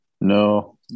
no